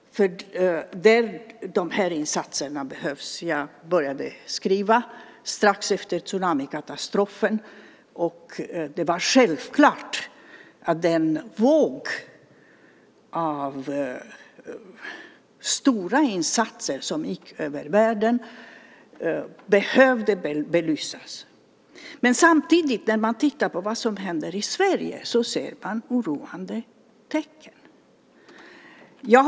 Insatserna behövs. Jag började skriva strax efter tsunamikatastrofen. Det var självklart att den våg av stora insatser som gick över världen behövde belysas. När man tittar på vad som händer i Sverige ser man samtidigt oroande tecken.